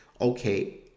Okay